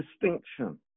distinction